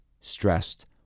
stressed